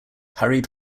hurried